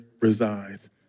resides